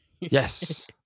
Yes